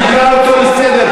אני אקרא אותו לסדר,